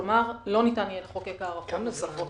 כלומר, לא ניתן יהיה לחוקק הארכות נוספות.